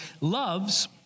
loves